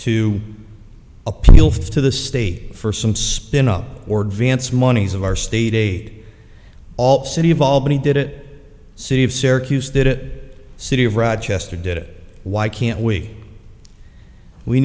to appeal to the state for some spin up or dance monies of our state aid all city of albany did it city of syracuse that city of rochester did it why can't we we